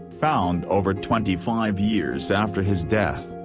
found over twenty five years after his death,